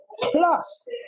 plus